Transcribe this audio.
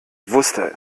wusste